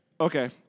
Okay